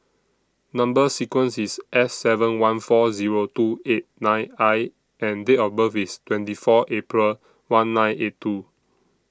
Number sequence IS S seven one four Zero two eight nine I and Date of birth IS twenty four April one nine eight two